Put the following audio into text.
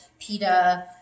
pita